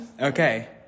Okay